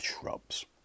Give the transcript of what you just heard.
shrubs